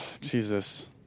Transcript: Jesus